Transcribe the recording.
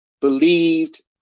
believed